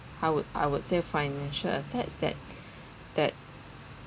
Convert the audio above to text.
I would I would say financial assets that that